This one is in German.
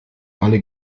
alle